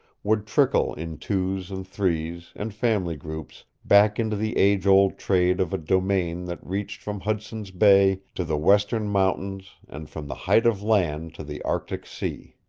would trickle in twos and threes and family groups back into the age-old trade of a domain that reached from hudson's bay to the western mountains and from the height of land to the arctic sea.